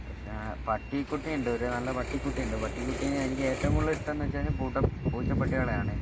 പക്ഷേ പട്ടിക്കുട്ടിയുണ്ട് ഒരു നല്ല പട്ടിക്കുട്ടിയുണ്ട് പട്ടികുട്ടീനെ എനിക്ക് ഏറ്റവും കൂടുതൽ ഇഷ്ടം എന്നു വച്ചാൽ പൂച്ചപ്പട്ടികളെയാണ്